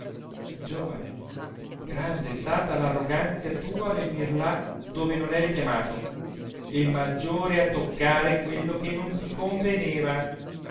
giovane grande è stata r arroganzia tua a venir là dove non eri chiamato e maggiore a toccar quello che non ti conveneva